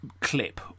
clip